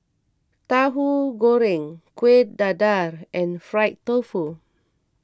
Tauhu Goreng Kueh Dadar and Fried Tofu